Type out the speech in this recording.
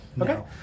Okay